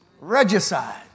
regicide